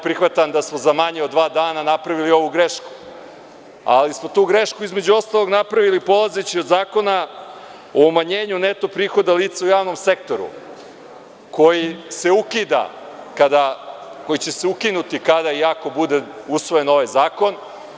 Prihvatam da smo za manje od dva dana napravili ovu grešku, ali smo tu grešku, između ostalog, napravili polazeći od Zakona o umanjenju neto prihoda lica u javnom sektoru koji će se ukinuti kada i ako bude usvojen ovaj zakon.